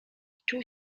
czuł